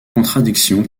contradiction